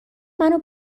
منو